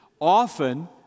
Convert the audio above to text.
Often